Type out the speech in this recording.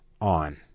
on